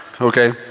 Okay